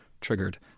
triggered